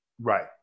Right